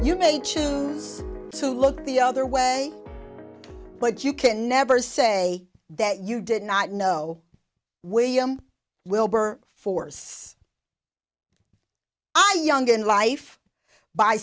you may choose to look the other way but you can never say that you did not know william wilbur force young in life by